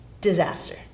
Disaster